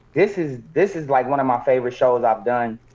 this is this is like one of my favorite shows i've done.